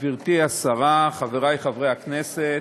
גברתי השרה, חברי חברי הכנסת,